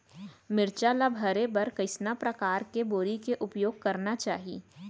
मिरचा ला भरे बर कइसना परकार के बोरी के उपयोग करना चाही?